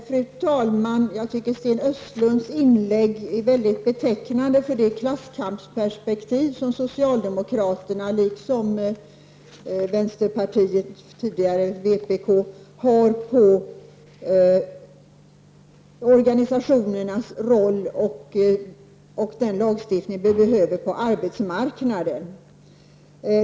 Fru talman! Jag tycker att Sten Östlunds inlägg är väldigt betecknande för det klasskampsperspektiv som socialdemokraterna liksom vänsterpartiet, tidigare vpk, har på organisationernas roll och den lagstiftning vi behöver på arbetsmarknaden.